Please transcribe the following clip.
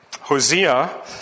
Hosea